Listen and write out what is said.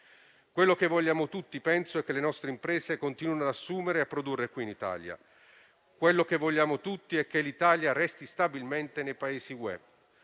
Penso che tutti vogliamo che le nostre imprese continuino ad assumere e a produrre in Italia. Quello che vogliamo tutti è che l'Italia resti stabilmente nei Paesi